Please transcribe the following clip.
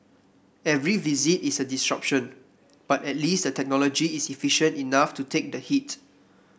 every visit is a disruption but at least the technology is efficient enough to take the hit